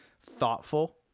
thoughtful